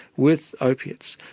with opiates.